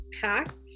packed